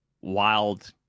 wild